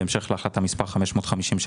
בהמשך להחלטת ממשלה מס' 550,